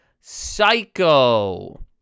psycho